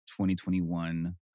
2021